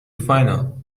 final